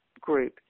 group